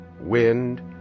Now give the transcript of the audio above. wind